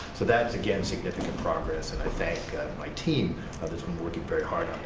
so that's again significant progress and i thank my team that's been working very hard